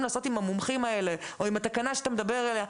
לעשות עם המומחים או עם התקנה שאתה מדבר עליה,